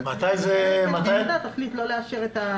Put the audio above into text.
אם הוועדה תחליט לא לאשר.